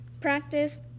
practice